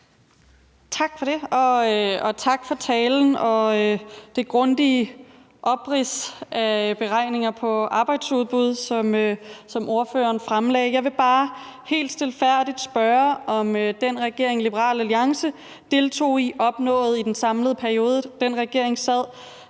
Tak for det, og tak for talen og det grundige oprids af beregninger på arbejdsudbud, som ordføreren fremlagde. Jeg vil bare helt stilfærdigt spørge, om den regering, Liberal Alliance deltog i, i den samlede periode den regering sad,